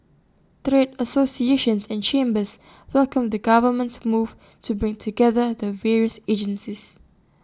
associations and chambers welcomed the government's move to bring together the various agencies